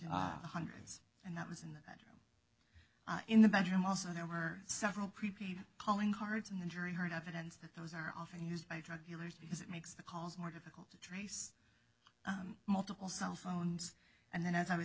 the hundreds and that was in that in the bedroom also there were several prepaid calling cards in the jury heard evidence that those are often used by drug dealers because it makes the calls more difficult to trace multiple cell phones and then as i was